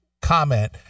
comment